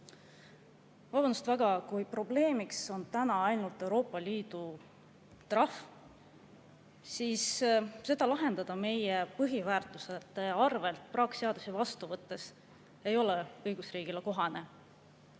Vabandust, aga kui praegu on probleem ainult Euroopa Liidu trahv, siis seda lahendada meie põhiväärtuste arvel ja praakseadust vastu võttes ei ole õigusriigile kohane.